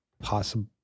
possible